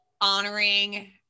honoring